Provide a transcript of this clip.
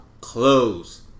Close